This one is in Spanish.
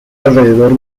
alrededor